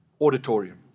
auditorium